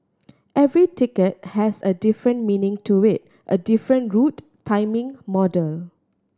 every ticket has a different meaning to it a different route timing model